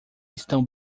estão